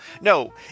No